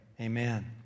Amen